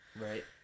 Right